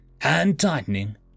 hand-tightening